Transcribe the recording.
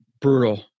Brutal